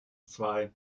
zwei